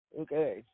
Okay